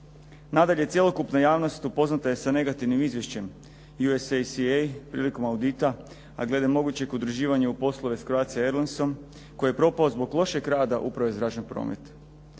Nadalje, cjelokupna javnost upoznata je sa negativnim izvješćem … /Govornik se ne razumije./ … a glede mogućeg udruživanja u poslove s Croatia airlinesom koji je propao zbog lošeg rada uprave o zračnom prometu.